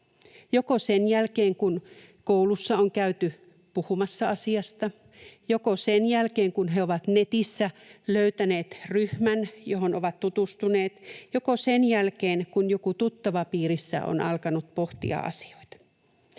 joko sen jälkeen, kun koulussa on käyty puhumassa asiasta, joko sen jälkeen, kun he ovat netissä löytäneet ryhmän, johon ovat tutustuneet, tai sen jälkeen, kun joku tuttavapiirissä on alkanut pohtia asioita.